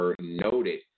noted